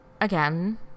Again